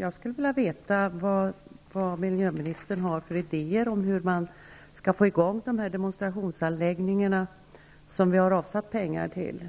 Jag skulle vilja veta vad miljöministern har för idéer om hur man kan få i gång de demonstrationsanläggningar som pengar har avsatts till.